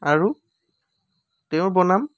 আৰু তেওঁ বনাম